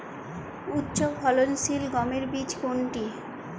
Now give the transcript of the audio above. উচ্চফলনশীল গমের বীজ কোনটি?